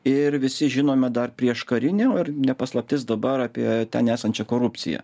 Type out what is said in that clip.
ir visi žinome dar prieš karinę o ir ne paslaptis dabar apie ten esančią korupciją